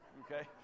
okay